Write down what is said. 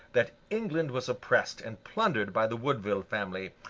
that england was oppressed and plundered by the woodville family,